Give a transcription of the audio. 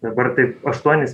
dabar taip aštuonis